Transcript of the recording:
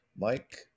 Mike